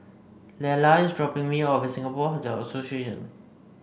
Lela is dropping me off at Singapore Hotel Association